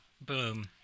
Boom